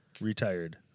retired